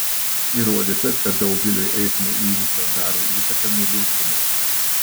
įrodyta kad daugeliui eismo įvykio daro įtaką mieguistumas